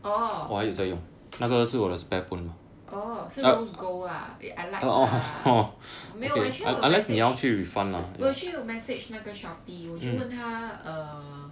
oh oh 是 rose gold lah I like lah 没有 actually 我有去 message 我有去 message 那个 Shopee 我就问他 uh